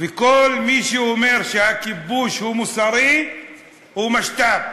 וכל מי שאומר שהכיבוש הוא לא מוסרי הוא משת"פ.